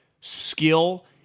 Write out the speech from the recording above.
skill